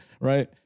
right